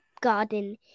garden